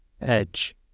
edge